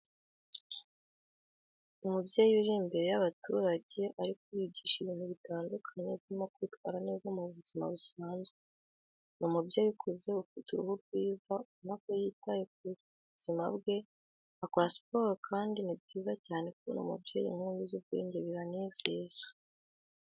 Umubyeyi uri imbere y'abaturage ari kubigisha ibintu bitandukanye birimo kwitwara neza mu buzima busanzwe. Ni umubyeyi ukuze ufite uruhu rwiza ubona ko yitaye ku buzima bwe, akora siporo kandi ni byiza cyane kubona umubyeyi nk'uyu uzi ubwenge biranezeza.